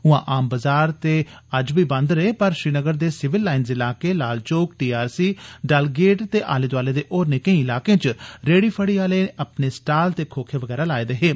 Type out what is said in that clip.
उआं आम बजार ते अज्ज बी बंद हे पर श्रीनगर दे सिविल लाइंज इलाकें लाल चौक टीआरसी डलगेट ते आले दुआले दे होरने केई इलाकें च रेड़ी फड़ी आले अपने स्टाल ते खोखे बगैरा लाए दे हे